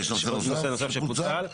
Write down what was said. יש נושא נוסף שפוצל,